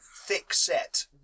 thick-set